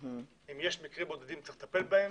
אם יש מקרים בודדים, צריך לטפל בהם,